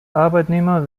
arbeitnehmer